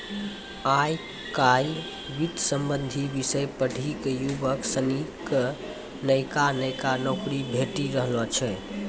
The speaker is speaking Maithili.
आय काइल वित्त संबंधी विषय पढ़ी क युवक सनी क नयका नयका नौकरी भेटी रहलो छै